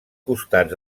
costats